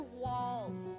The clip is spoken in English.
walls